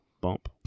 Bump